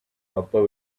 upper